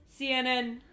CNN